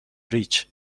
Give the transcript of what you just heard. ریچ